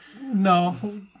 No